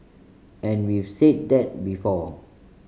and we've said that before